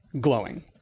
glowing